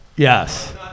Yes